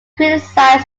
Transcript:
criticized